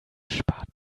spart